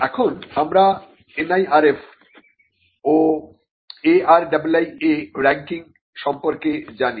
এখন আমরা NIRF ও ARIIA রাঙ্কিং সম্পর্কে জানি